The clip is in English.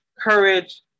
courage